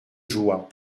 joie